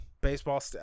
baseball